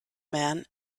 man